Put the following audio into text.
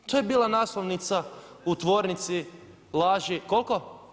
To je bila naslovnica u tvornici laži… … [[Upadica sa strane, ne čuje se.]] Koliko?